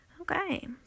Okay